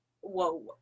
Whoa